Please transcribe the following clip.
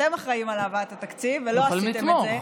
אתם אחראים להבאת התקציב ולא עשיתם את זה.